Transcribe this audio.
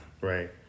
right